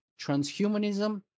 transhumanism